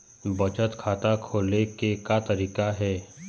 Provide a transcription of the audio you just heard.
बचत खाता खोले के का तरीका हे?